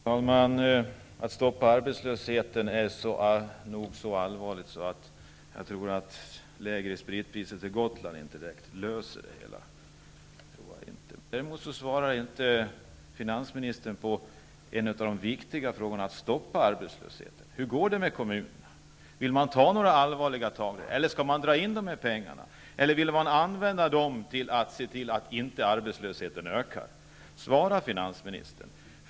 Herr talman! Att stoppa arbetslösheten är ett så allvarligt problem att jag inte tror att lägre spritpriser till Gotland löser det hela. Finansministern svarar däremot inte på en av de viktiga frågorna om att stoppa arbetslösheten. Hur går det med kommunerna? Vill ni ta några allvarliga tag där? Skall ni dra in de här pengarna? Vill ni använda dem för att se till att arbetslösheten inte ökar? Svara, finansministern!